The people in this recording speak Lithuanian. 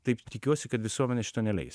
taip tikiuosi kad visuomenė šito neleis